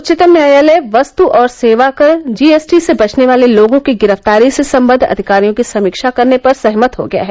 उच्चतम न्यायालय वस्तु और सेवाकर जीएसटी से बचने वाले लोगों की गिरफ्तारी से सम्बद्व अधिकारों की समीक्षा करने पर सहमत हो गया है